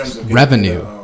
revenue